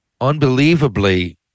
unbelievably